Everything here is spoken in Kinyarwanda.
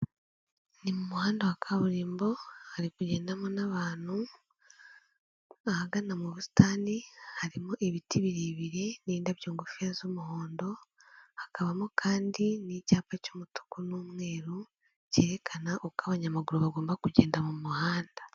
Ni muhanda wa kaburimbo hari kugendamo n'abantu, ahagana mu busitani harimo ibiti birebire n'indabyo ngufi z'umuhondo, hakabamo kandi n'icyapa cy'umutuku n'umweru cyerekana uko abanyamaguru bagomba kugenda mu muhanda.